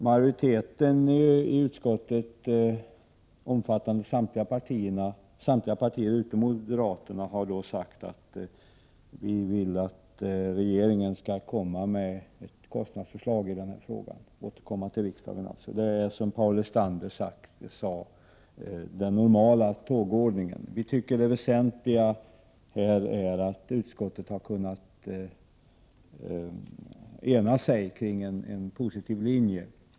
Majoriteten i utskottet, omfattande samtliga partier utom moderaterna, har dock sagt att vi vill att regeringen skall återkomma till riksdagen med ett kostnadsförslag. Som Paul Lestander sade är det den normala tågordningen. Vi tycker det väsentliga här är att utskottet kunnat ena sig kring en positiv linje.